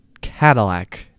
cadillac